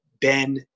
Ben